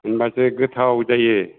होनब्लासो गोथाव जायो